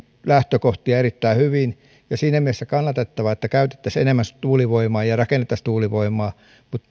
lähtökohtia erittäin hyvin ja on siinä mielessä kannatettavaa että käytettäisiin enemmän tuulivoimaa ja rakennettaisiin tuulivoimaa mutta